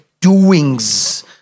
doings